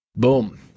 boom